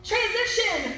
Transition